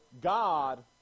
God